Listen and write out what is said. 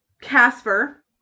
Casper